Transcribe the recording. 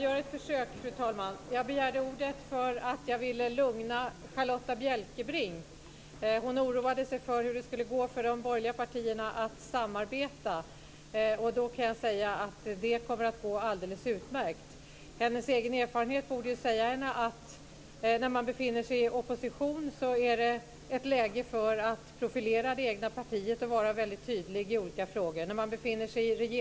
Fru talman! Jag begärde ordet för att jag ville lugna Charlotta Bjälkebring. Hon oroade sig för hur det skulle gå för de borgerliga partierna att samarbeta. Jag kan säga att det kommer att gå alldeles utmärkt. Hennes egen erfarenhet borde ju säga henne att det är läge för att profilera det egna partiet och att vara väldigt tydlig i olika frågor när man befinner sig i opposition.